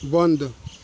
बन्द